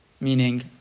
Meaning